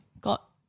got